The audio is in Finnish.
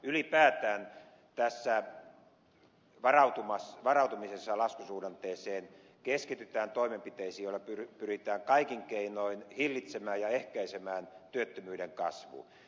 ylipäätään tässä varautumisessa laskusuhdanteeseen keskitytään toimenpiteisiin joilla pyritään kaikin keinoin hillitsemään ja ehkäisemään työttömyyden kasvu